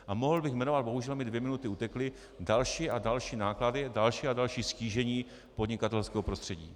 A mohl bych jmenovat, bohužel mi dvě minuty utekly, další a další náklady, další a další ztížení podnikatelského prostředí.